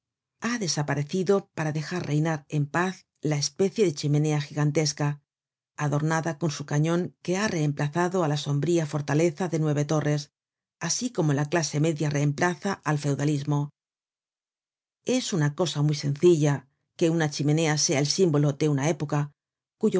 ha desaparecido para dejar reinar en paz la especie de chimenea gigantesca adornada con su cañon que ha reemplazado á la sombría fortaleza de nueve torres asi como la clase media reemplaza al feudalismo es una cosa muy sencilla que una chimenea sea el símbolo de una época